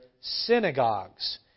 synagogues